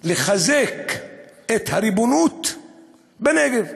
לחזק את הריבונות בנגב,